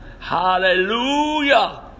hallelujah